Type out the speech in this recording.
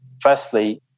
firstly